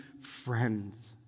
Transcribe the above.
friends